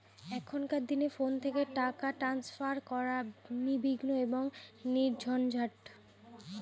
এখনকার দিনে ফোন থেকে টাকা ট্রান্সফার করা নির্বিঘ্ন এবং নির্ঝঞ্ঝাট